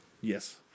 Yes